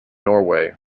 norway